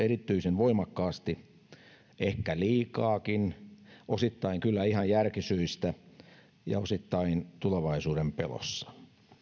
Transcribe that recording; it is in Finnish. erityisen voimakkaasti ehkä liikaakin osittain kyllä ihan järkisyistä ja osittain tulevaisuuden pelossa